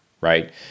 right